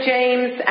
James